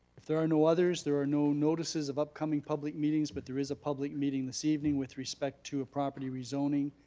if there are no others, there are no notices of upcoming public meetings, but there is a public meeting this evening with respect to a property rezoning.